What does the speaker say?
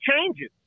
changes